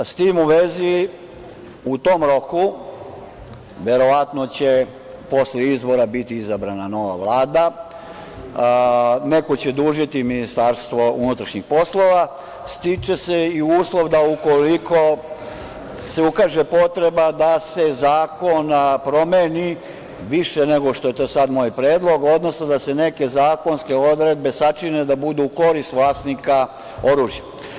S tim u vezi, u tom roku, verovatno će posle izbora biti izabrana nova Vlada, neko će dužiti Ministarstvo unutrašnjih poslova, stiče se i uslov da ukoliko se ukaže potreba da se zakon promeni više nego što je to sada moj predlog, odnosno da se neke zakonske odredbe sačine da budu u korist vlasnika oružja.